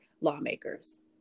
lawmakers